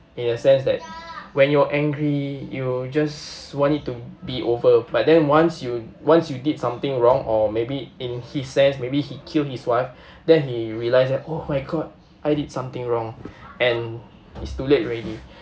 in the sense that when you're angry you just want it to be over but then once you once you did something wrong or maybe in his sense maybe he killed his wife then he realised that oh my god I did something wrong and it's too late already